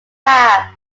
map